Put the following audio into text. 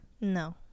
No